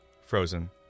frozen